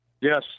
Yes